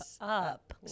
up